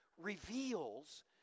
reveals